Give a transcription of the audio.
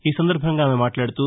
ఈ సందర్బంగా మాట్లాడుతూ